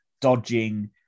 dodging